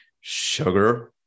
sugar